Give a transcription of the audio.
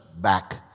back